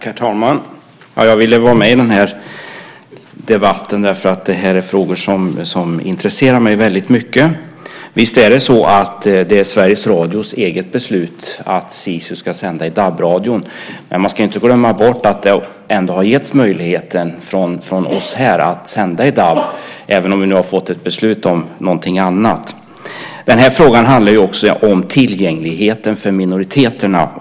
Herr talman! Jag ville vara med i den här debatten, för detta är frågor som intresserar mig mycket. Visst är det Sveriges Radios eget beslut att Sisu ska sända i DAB-radion, men vi ska inte glömma bort att det är vi här som har gett möjligheten att sända de finska programmen i DAB - även om det nu har kommit ett annat beslut. Men det handlar ju också om tillgänglighet för minoriteterna.